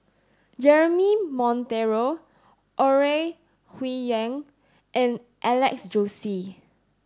Jeremy Monteiro Ore Huiying and Alex Josey